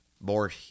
more